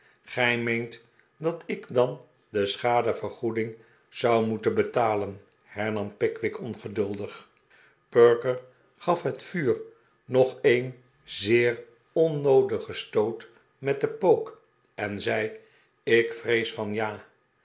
gij meent dat ik dan de schadevergoeding zou moeten betalen hernam pickwick ongeduldig perker gaf het vuur nog een zeer onnoodigen stoot met den pook en zei ik vrees van ja